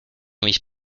mis